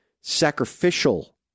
sacrificial